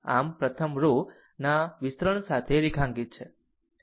આ પ્રથમ રો ના વિસ્તરણ સાથે રેખાંકિત છે